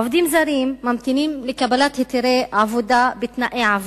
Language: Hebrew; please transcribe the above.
עובדים זרים ממתינים לקבל היתרי עבודה בתנאי עבדות,